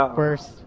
first